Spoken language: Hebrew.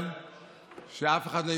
תודה.